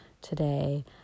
today